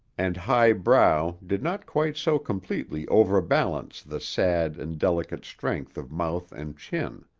and high brow did not quite so completely overbalance the sad and delicate strength of mouth and chin.